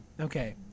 Okay